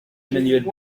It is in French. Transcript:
emmanuel